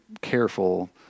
careful